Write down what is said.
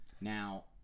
Now